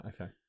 okay